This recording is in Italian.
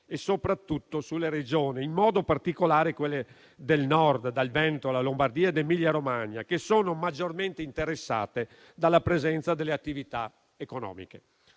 e soprattutto sulle Regioni, in modo particolare quelle del Nord (dal Veneto alla Lombardia, all'Emilia Romagna), che sono maggiormente interessate dalla presenza delle attività economiche.